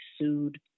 sued